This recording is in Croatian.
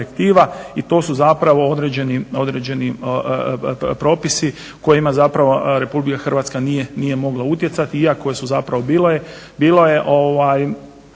i to su zapravo određeni propisi kojima zapravo Republika Hrvatska nije mogla utjecati, koje su zapravo bile.